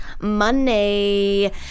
money